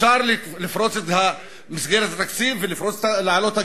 אפשר לפרוץ את מסגרת התקציב ולהעלות את